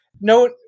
no